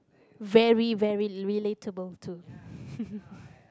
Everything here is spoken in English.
very very relatable to